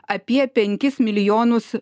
apie penkis milijonus